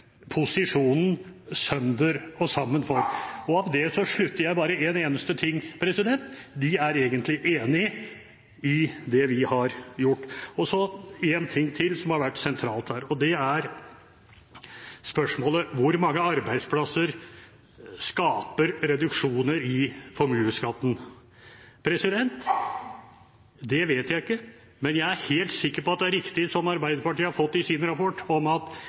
posisjonen sønder og sammen for. Av det slutter jeg bare én eneste ting: De er egentlig enig i det vi har gjort. En ting til som har vært sentralt her, er spørsmålet om hvor mange arbeidsplasser som skapes av reduksjoner i formuesskatten. Det vet jeg ikke, men jeg er helt sikker på at det er riktig som Arbeiderpartiet har fått i sin rapport: